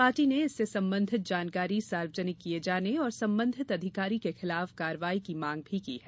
party ने इससे संबंधित जानकारी सार्वजनिक किए जाने और संबंधित अधिकारी के खिलाफ कार्रवाई की मांग भी की है